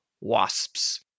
wasps